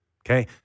Okay